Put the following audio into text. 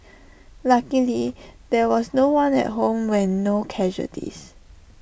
luckily there was no one at home when no casualties